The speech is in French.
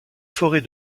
forêt